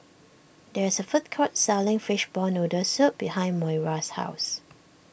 there is a food court selling Fishball Noodle Soup behind Moira's house